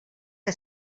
que